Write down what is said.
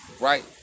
right